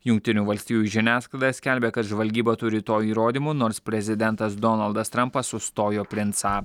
jungtinių valstijų žiniasklaida skelbia kad žvalgyba turi to įrodymų nors prezidentas donaldas trampas užstojo princą